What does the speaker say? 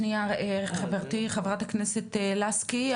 שנייה חברתי חה"כ לסקי,